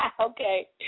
Okay